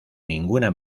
ninguna